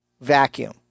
vacuum